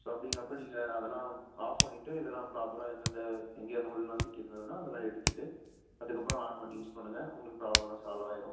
so அப்படிங்கறப்ப நீங்கள் அதெல்லாம் ஆஃப் பண்ணிட்டு இதெல்லாம் ப்ராப்பராக எந்தெந்த எங்கேயா நூல்லாம் சிக்கி இருந்ததுனால் அதெல்லாம் எடுத்துட்டு அதுக்கப்புறம் ஆன் பண்ணி யூஸ் பண்ணுங்கள் உங்களுக்கு ப்ராப்ளம்லாம் சால்வ் ஆயிடும்